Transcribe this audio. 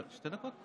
דקות.